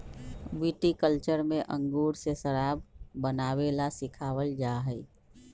viticulture में अंगूर से शराब बनावे ला सिखावल जाहई